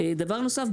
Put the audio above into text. דבר נוסף,